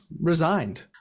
resigned